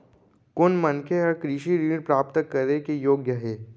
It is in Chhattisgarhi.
कोन मनखे ह कृषि ऋण प्राप्त करे के योग्य हे?